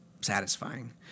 satisfying